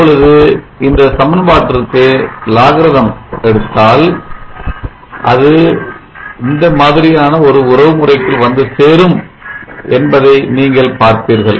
இப்பொழுது இந்த சமன் பாட்டிற்கு எடுத்தால் அது இந்த மாதிரியான ஒரு உறவு முறைக்குள் வந்து சேரும் என்பதை நீங்கள் பார்ப்பீர்கள்